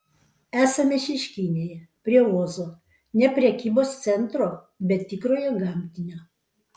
esame šeškinėje prie ozo ne prekybos centro bet tikrojo gamtinio